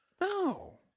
No